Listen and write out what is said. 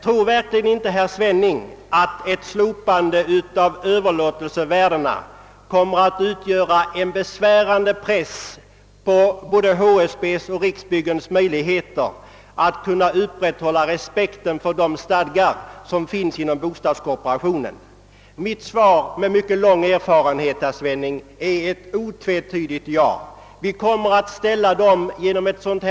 Tror verkligen inte herr Svenning att ett slopande av kontrollen av överlåtelsevärdena kommer att försvåra såväl HSB:s som Riksbyggens möjligheter att upprätthålla respekten för de stadgar som finns inom bostadskooperationen? Jag har mycket lång erfarenhet inom detta område och mitt svar på en sådan fråga skulle bli ctt otvetydigt: Jo.